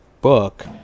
book